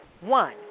one